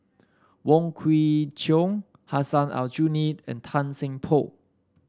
Wong Kwei Cheong Hussein Aljunied and Tan Seng Poh